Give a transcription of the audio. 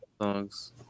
songs